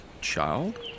child